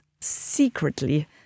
secretly